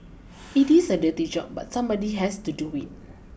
it is a dirty job but somebody has to do it